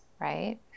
right